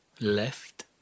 left